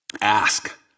Ask